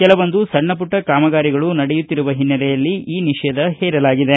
ಕೆಲವೊಂದು ಸಣ್ಣ ಪುಟ್ಟ ಕಾಮಗಾರಿಗಳು ನಡೆಯುತ್ತಿರುವ ಹಿನ್ನೆಲೆಯಲ್ಲಿ ಈ ನಿಷೇಧ ಹೇರಲಾಗಿದೆ